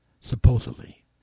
supposedly